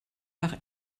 par